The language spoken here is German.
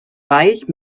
weich